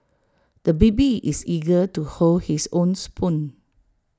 the baby is eager to hold his own spoon